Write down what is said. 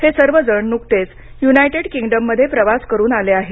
हे सर्वजण नुकतेच युनायटेड किंगडममध्ये प्रवास करून आले आहेत